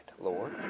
Lord